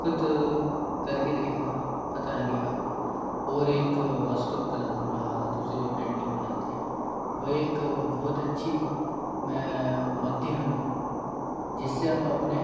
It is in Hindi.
खुद कर के देखना पता लगेगा और एक वास्तुकला में मेरा हाथ उससे जब पेंटिंग बनाते हैं वो एक बहुत अच्छी माध्यम है जिससे हम अपने